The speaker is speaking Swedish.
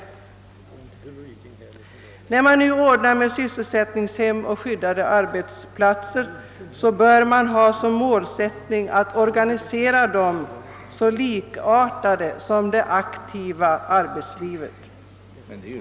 När det ordnas sysselsättningshem och skyddade arbetsplatser, bör målsättningen vara att organisera dem så att de liknar det aktiva arbetslivet.